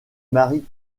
marie